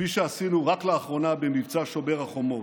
כפי שעשינו רק לאחרונה במבצע שומר החומות.